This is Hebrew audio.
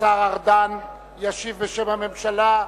השר ארדן ישיב בשם הממשלה,